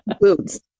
Boots